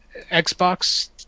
Xbox